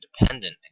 independent